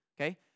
okay